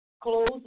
close